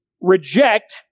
reject